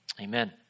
Amen